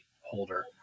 holder